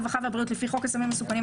הרווחה והבריאות לפי חוק הסמים המסוכנים,